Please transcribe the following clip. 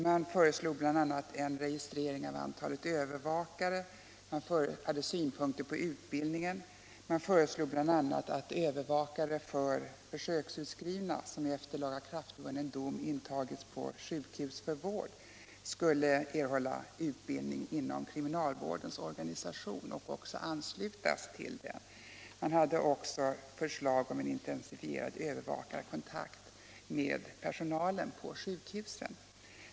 Man föreslog bl.a. en registrering av antalet övervakare, man hade synpunkter på utbildning och föreslog bl.a. att övervakare för försöksutskrivna, som efter lagakraftvunnen dom intagits på sjukhus för vård, skulle erhålla utbildning inom kriminalvårdens organisation och också anslutas till den. Man hade vidare förslag om en intensifierad kontakt mellan övervakarna och personalen på sjukhusen.